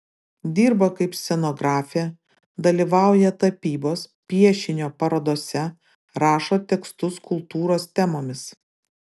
dirba kaip scenografė dalyvauja tapybos piešinio parodose rašo tekstus kultūros temomis